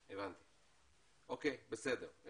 בסדר.